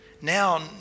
Now